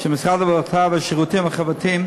ושירותים חברתיים,